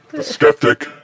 skeptic